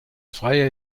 freier